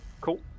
Cool